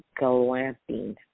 glamping